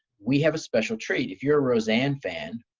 we have a special trade. if you're a roseanne fan,